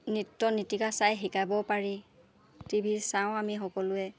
নৃত্যনীতিকা চাই শিকাবও পাৰি টি ভিৰ চাওঁ আমি সকলোৱে